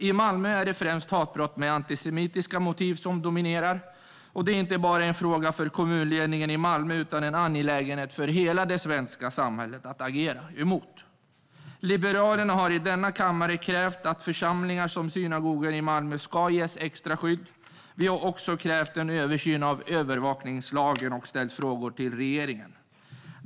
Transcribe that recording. I Malmö är det främst hatbrott med antisemitiskt motiv som dominerar. Det är inte en fråga bara för kommunledningen i Malmö, utan det är även en angelägenhet för hela svenska samhället. Liberalerna har i denna kammare krävt att församlingar, till exempel synagogan i Malmö, ska ges extra skydd. Vi har också krävt en översyn av övervakningslagen, och vi har ställt frågor till regeringen.